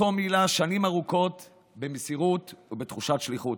שאותו מילא שנים ארוכות במסירות ובתחושת שליחות.